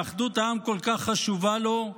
שאחדות העם כל כך חשובה לו,